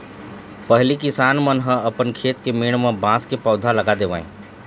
पहिली किसान मन ह अपन खेत के मेड़ म बांस के पउधा लगा देवय